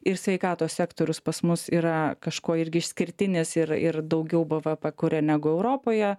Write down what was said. ir sveikatos sektorius pas mus yra kažkuo irgi išskirtinis ir ir daugiau bvp kuria negu europoje